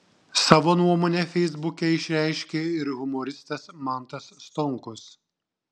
savo nuomonę feisbuke išreiškė ir humoristas mantas stonkus